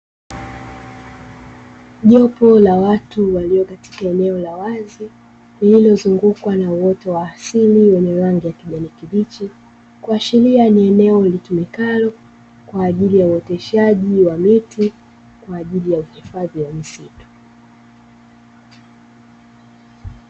Jopo la watu walio katika eneo la wazi lililozungukwa na uoto wa asili wenye rangi ya kijani kibichi, kuashiria ni eneo litumikalo kwa ajili ya uoteshaji wa miti kwa ajili ya uhifadhi wa misitu.